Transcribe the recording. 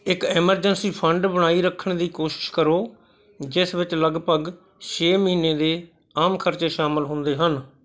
ਇੱਕ emergency fund ਬਣਾਈ ਰੱਖਣ ਦੀ ਕੋਸ਼ਿਸ਼ ਕਰੋ ਜਿਸ ਵਿੱਚ ਲਗਭਗ ਛੇ ਮਹੀਨੇ ਦੇ ਆਮ ਖਰਚੇ ਸ਼ਾਮਲ ਹੁੰਦੇ ਹਨ